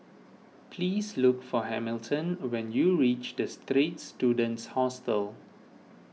please look for Hamilton when you reach the Straits Students Hostel